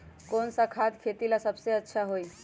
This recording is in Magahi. कौन सा खाद खेती ला सबसे अच्छा होई?